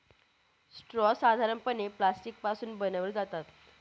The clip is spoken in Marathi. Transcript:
स्ट्रॉ साधारणपणे प्लास्टिक पासून बनवले जातात